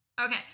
Okay